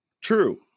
True